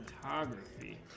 photography